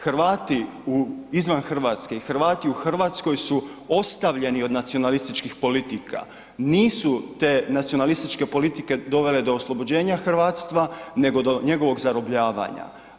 Hrvati izvan Hrvatske i Hrvati u Hrvatskoj su ostavljeni od nacionalističkih politika, nisu te nacionalističke politike dovele do oslobođenja hrvatstva nego do njegovog zarobljavanja.